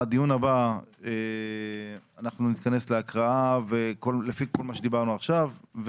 בדיון הבא אנחנו נקרא את התקנות לפי כל מה שאמרנו עכשיו.